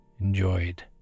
enjoyed